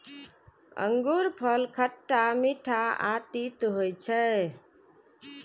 अंगूरफल खट्टा, मीठ आ तीत होइ छै